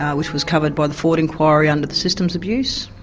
which was covered by the ford inquiry under the systems abuse,